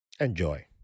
Enjoy